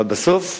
אבל בסוף,